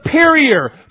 superior